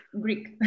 Greek